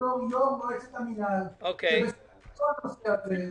בתור יושב-ראש מועצת המינהל שבסמכותו הנושא הזה,